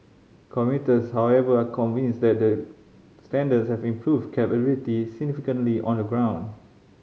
commuters however are unconvinced that the standards have improved cab availability significantly on the ground